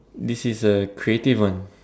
this is a creative one